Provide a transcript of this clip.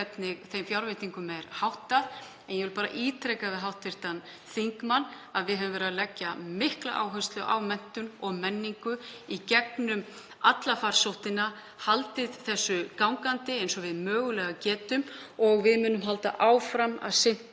þeim fjárveitingum er háttað. En ég vil bara ítreka við hv. þingmann að við höfum lagt mikla áherslu á menntun og menningu í gegnum alla farsóttina, haldið þeirri áherslu gangandi eins og við mögulega getum og við munum halda áfram að sinna